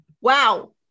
wow